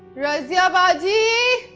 razia baji!